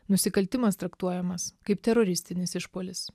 nusikaltimas traktuojamas kaip teroristinis išpuolis